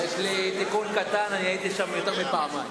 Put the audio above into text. יש לי תיקון קטן: אני הייתי שם יותר מפעמיים,